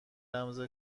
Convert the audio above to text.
رمز